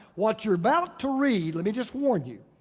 what you're about to read, let me just warn you.